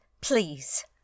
please